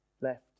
left